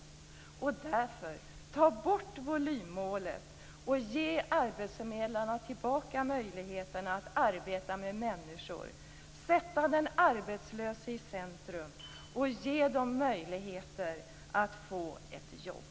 Jag säger därför: Ta bort volymmålet, och ge arbetsförmedlarna tillbaka möjligheterna att arbeta med människor, att sätta de arbetslösa i centrum och ge dem möjligheter att få ett jobb!